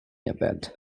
event